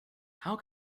how